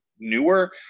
newer